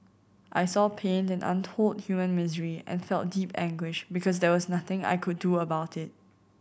I saw pain and untold human misery and felt deep anguish because there was nothing I could do about it